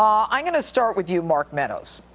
um i'm going to start with you mark meadows.